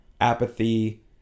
apathy